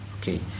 okay